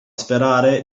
sperare